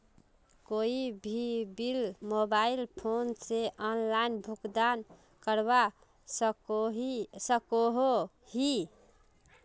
कोई भी bill mobile phone से ऑनलाइन भुगतान करवा सकोहो ही?